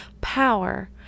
power